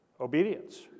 Obedience